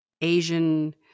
Asian